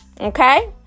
Okay